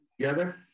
together